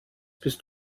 bist